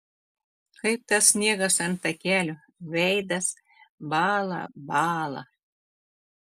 kaip tas sniegas ant takelio veidas bąla bąla